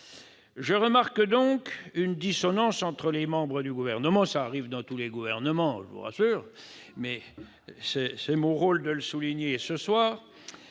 Je remarque donc une dissonance entre les membres du Gouvernement- cela arrive dans tous les gouvernements, je vous rassure, mais c'est mon rôle de le souligner ce soir.